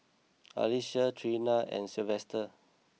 Alisha Treena and Silvester